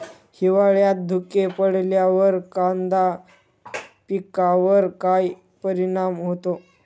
हिवाळ्यात धुके पडल्यावर कांदा पिकावर काय परिणाम होतो?